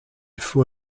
faut